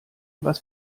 was